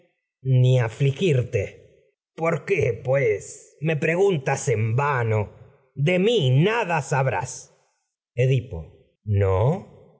ni afligirte por qué pues me preguntas en vano de mi nada sabrás malvado capaz de edipo no